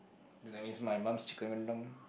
damn i miss my mum's chicken rendang